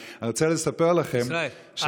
תודה.